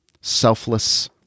selfless